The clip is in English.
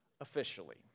officially